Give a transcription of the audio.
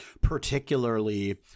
particularly